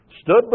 stood